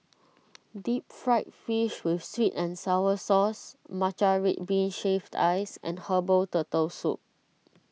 Deep Fried Fish with Sweet and Sour Sauce Matcha Red Bean Shaved Ice and Herbal Turtle Soup